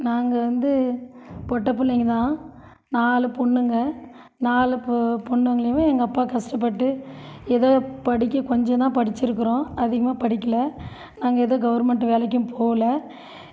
நாங்கள் வந்து பொட்டப்பிள்ளைங்க தான் நாலு பொண்ணுங்க நாலு பொ பொண்ணுங்களையுமே எங்கள் அப்பா கஷ்டப்பட்டு ஏதோ படிக்க கொஞ்சம் தான் படிச்சிருக்கிறோம் அதிகமாக படிக்கலை நாங்கள் எதுவும் கவர்மெண்ட் வேலைக்கும் போகல